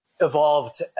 evolved